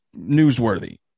newsworthy